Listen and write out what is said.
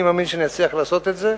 אני מאמין שאני אצליח לעשות את זה,